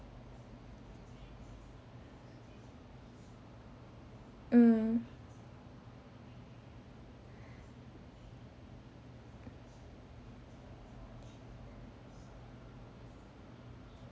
mm